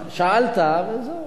שאלת וזהו,